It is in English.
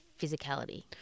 physicality